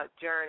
journey